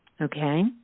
okay